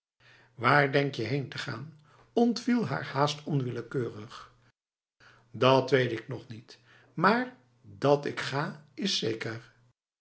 waar denk je heen te gaan ontviel haar haast onwillekeurig dat weet ik nog niet maar dat ik ga is zekerf